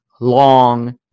long